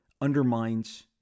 undermines